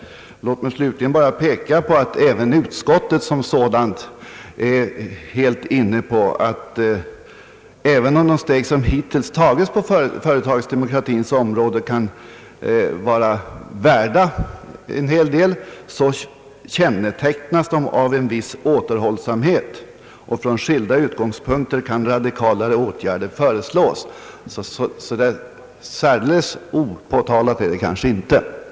Låt mig dessutom bara peka på att också utskottet som sådant är helt inne på den linjen, att även om de steg, som hittills tagits på företagsdemokratins område, kan vara av ganska stort värde så kännetecknas de av en viss återhållsamhet, varför man från skilda utgångspunkter kan föreslå radikalare åtgärder. Så alldeles opåkallat är det därför kanske inte med en utredning.